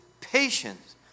patience